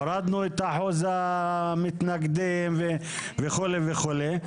הורדנו את אחוז המתנגדים וכו' וכו'.